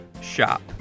shop